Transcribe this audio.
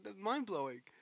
mind-blowing